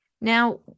Now